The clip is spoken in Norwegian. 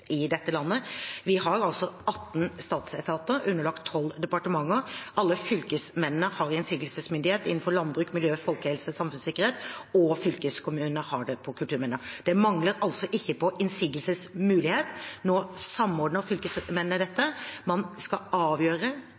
i dette landet: Vi har 18 statsetater, underlagt 12 departementer. Alle fylkesmennene har innsigelsesmyndighet innenfor landbruk, miljø, folkehelse og samfunnssikkerhet, og fylkeskommunene har det på kulturminner. Det mangler altså ikke på innsigelsesmulighet. Nå samordner fylkesmennene dette og man skal avgjøre